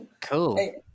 Cool